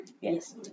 Yes